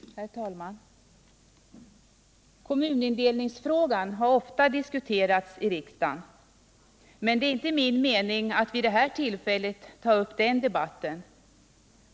Herr talman! Kommunindelningsfrågan har ofta diskuterats i riksdagen, men det är inte min mening att vid detta tillfälle ta upp den debatten.